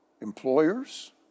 employers